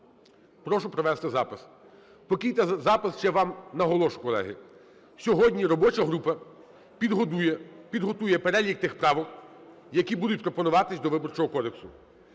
прошу провести запис. Поки йде запис, ще вам наголошу, колеги. Сьогодні робоча група підготує перелік тих правок, які будуть пропонуватись до Виборчого кодексу.